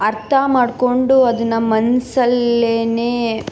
ಅರ್ಥ ಮಾಡಿಕೊಂಡು ಅದು ನಮ್ಮ ಮನಸ್ಸಲ್ಲೇನೆ